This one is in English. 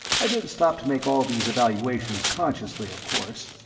i didn't stop to make all these evaluations consciously, of course.